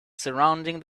surrounding